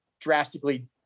drastically